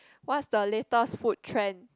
what's the latest food trend